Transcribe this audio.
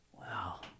Wow